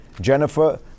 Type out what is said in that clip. Jennifer